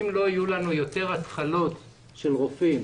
אם לא יהיו לנו יותר התחלות של רופאים